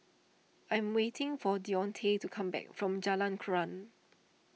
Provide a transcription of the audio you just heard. I'm waiting for Deontae to come back from Jalan Krian